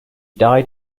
died